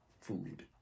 food